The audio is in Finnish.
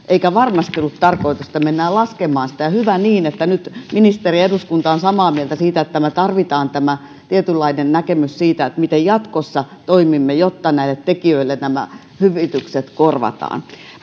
eikä varmasti ollut tarkoitus että mennään laskemaan sitä ja hyvä niin että nyt ministeri ja eduskunta ovat samaa mieltä siitä että tarvitaan tämä tietynlainen näkemys siitä miten jatkossa toimimme jotta näille tekijöille nämä hyvitykset korvataan